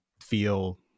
feel